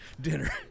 dinner